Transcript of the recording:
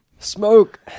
smoke